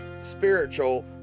spiritual